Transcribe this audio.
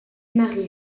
marie